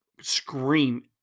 scream